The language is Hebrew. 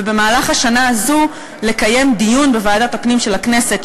ובמהלך השנה הזאת לקיים דיון בוועדת הפנים של הכנסת,